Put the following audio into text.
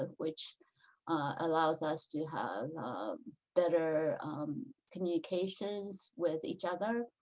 ah which allows us to have better communications with each other.